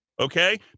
okay